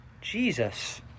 Jesus